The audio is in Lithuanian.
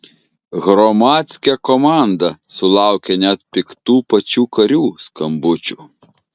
hromadske komanda sulaukė net piktų pačių karių skambučių